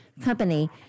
company